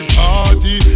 party